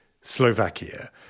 Slovakia